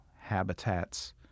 habitats